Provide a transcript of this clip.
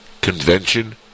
convention